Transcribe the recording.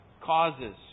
causes